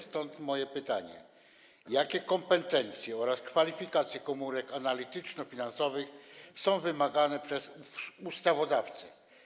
Stąd moje pytanie: Jakie kompetencje oraz kwalifikacje komórek analityczno-finansowych są wymagane przez ustawodawcę?